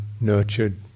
nurtured